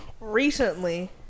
recently